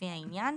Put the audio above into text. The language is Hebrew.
לפי העניין,